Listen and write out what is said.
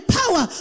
power